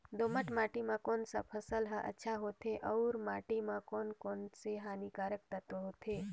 दोमट माटी मां कोन सा फसल ह अच्छा होथे अउर माटी म कोन कोन स हानिकारक तत्व होथे?